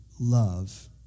love